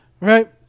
Right